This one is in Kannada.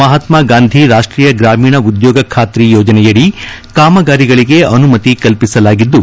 ಮಹಾತ್ನ ಗಾಂಧಿ ರಾಷ್ಷೀಯ ಗ್ರಾಮೀಣ ಉದ್ಲೋಗ ಖಾತ್ರಿ ಯೋಜನೆಯಡಿ ಕಾಮಗಾರಿಗಳಿಗೆ ಅನುಮತಿ ಕಲ್ಪಿಸಲಾಗಿದ್ದು